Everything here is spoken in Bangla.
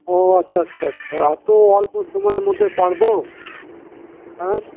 ও আচ্ছা আচ্ছা আচ্ছা এতো অল্প সময়ের মধ্যে পারবো হ্যাঁ